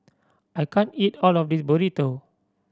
I can't eat all of this Burrito